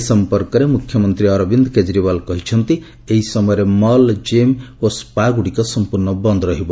ଏ ସମ୍ପର୍କରେ ସ୍ବଚନା ଦେଇ ମୁଖ୍ୟମନ୍ତ୍ରୀ ଅରବିନ୍ଦ କେଜରିୱାଲ କହିଛନ୍ତି ଏହି ସମୟରେ ମଲ୍ ଜିମ୍ ଓ ସ୍କା ଗୁଡ଼ିକ ସମ୍ପର୍ଶ୍ଣ ବନ୍ଦ ରହିବ